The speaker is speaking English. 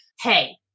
hey